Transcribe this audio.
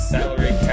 Salary